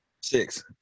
Six